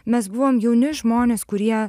mes buvom jauni žmonės kurie